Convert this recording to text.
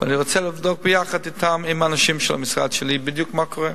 ואני רוצה לבדוק ביחד אתם ועם האנשים של המשרד שלי בדיוק מה קורה.